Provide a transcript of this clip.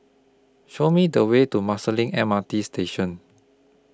Show Me The Way to Marsiling M R T Station